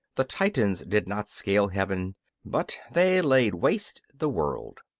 the titans did not scale heaven but they laid waste the world.